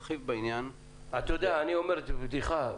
כבדיחה.